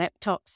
laptops